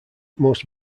most